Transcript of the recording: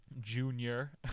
Junior